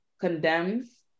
condemns